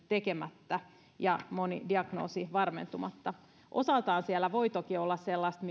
tekemättä ja moni diagnoosi varmentumatta osaltaan siellä voi toki olla sellaista